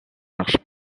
large